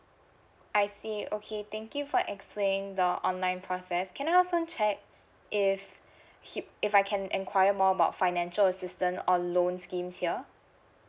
I see okay thank you for explaining the online process can I also check if hip~ if I can acquire more about financial assistance or loan schemes here